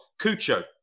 Cucho